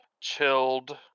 chilled